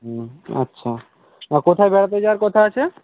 হুম আচ্ছা কোথায় বেড়াতে যাওয়ার কথা আছে